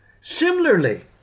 Similarly